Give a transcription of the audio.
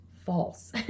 false